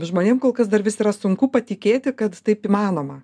žmonėm kol kas dar vis yra sunku patikėti kad taip įmanoma